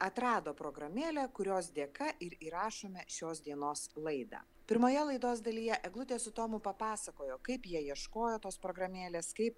atrado programėlę kurios dėka ir įrašome šios dienos laidą pirmoje laidos dalyje eglutė su tomu papasakojo kaip jie ieškojo tos programėlės kaip